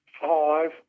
five